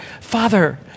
Father